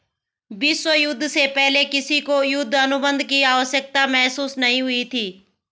विश्व युद्ध से पहले किसी को युद्ध अनुबंध की आवश्यकता महसूस नहीं हुई थी